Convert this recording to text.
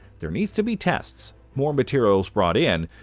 there needs to be tests, more materials brought in,